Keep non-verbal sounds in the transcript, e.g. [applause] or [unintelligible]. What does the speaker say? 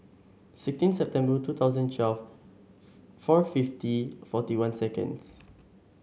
sixteen September two thousand and twelve [unintelligible] four fifty forty one seconds